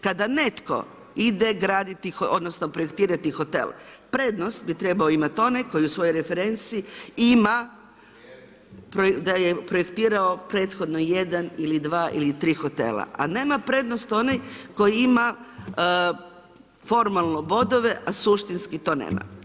Kada netko ide graditi, odnosno, projektirate hotel, prednost bi trebao imati onaj, tko u svojoj referenci ima, da je projektira, prethodno, jedan ili dva ili tri hotela, a nema prednost onaj tko ima formalno bodove, a suštinski to nema.